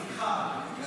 סליחה.